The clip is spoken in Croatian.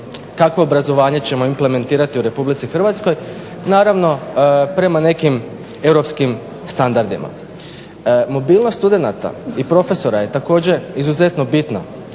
kakvo obrazovanje ćemo implementirati u RH, naravno prema nekim europskim standardima. Mobilnost studenata i profesora je također izuzetno bitna